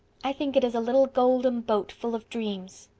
i think it is a little golden boat full of dreams.